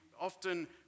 often